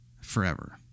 forever